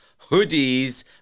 hoodies